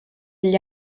gli